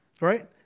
right